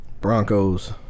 Broncos